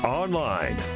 online